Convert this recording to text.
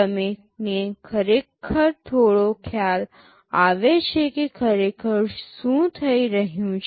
તમને ખરેખર થોડો ખ્યાલ આવે છે કે ખરેખર શું થઈ રહ્યું છે